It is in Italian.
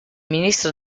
ministro